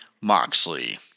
Moxley